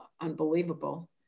unbelievable